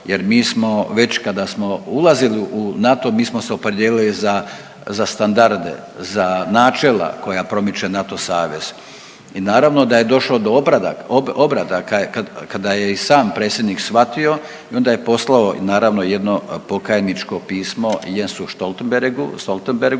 jer mi smo već kada smo ulazili u NATO mi smo se opredijelili za, za standarde, za načela koja promiče NATO savez. I naravno da je došlo do obrada, obrada kada je i sam predsjednik shvatio i onda je poslao naravno jedno pokajničko pismo Jensu Stoltenbergu